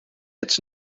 its